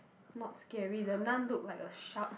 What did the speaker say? not scary the Nun look like a shark